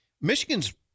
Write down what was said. Michigan's